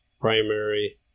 primary